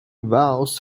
vows